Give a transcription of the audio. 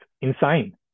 insane